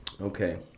Okay